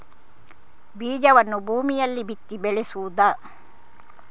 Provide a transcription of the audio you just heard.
ಬೀಜವನ್ನು ಭೂಮಿಯಲ್ಲಿ ಬಿತ್ತಿ ಬೆಳೆಸುವುದಾ?